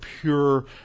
pure